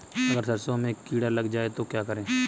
अगर सरसों में कीड़ा लग जाए तो क्या करें?